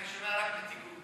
אני שומע רק מתיקות.